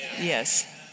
Yes